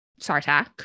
Sartak